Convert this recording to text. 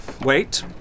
Wait